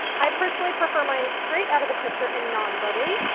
i personally prefer mine straight out of the pitcher and non-bubbly,